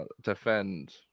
defend